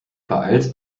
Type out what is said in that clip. beeilst